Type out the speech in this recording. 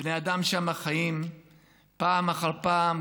בני האדם שם חיים ופעם אחר פעם,